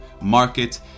market